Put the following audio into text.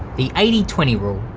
the eighty twenty rule.